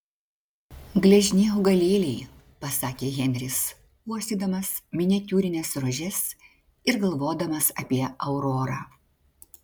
gležni augalėliai pasakė henris uostydamas miniatiūrines rožes ir galvodamas apie aurorą